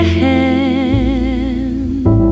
hand